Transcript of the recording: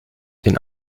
den